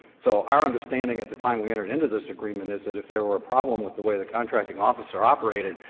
so our understanding at the time we entered into this agreement is that if there were a problem with the way the contracting officer operated,